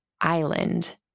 island